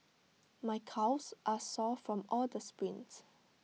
my calves are sore from all the sprints